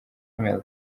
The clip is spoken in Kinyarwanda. email